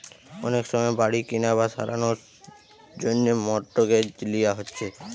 অনেক সময় বাড়ি কিনা বা সারানার জন্যে মর্টগেজ লিয়া হচ্ছে